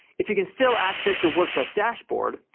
if you can still access your wordpress dashboard,